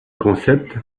concept